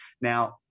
Now